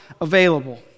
available